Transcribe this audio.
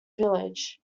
village